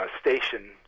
station